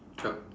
yup